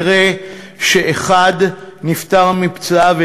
אחד נפטר מפצעיו,